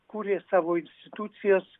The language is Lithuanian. kūrė savo institucijas